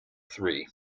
three